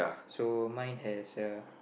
so mine has a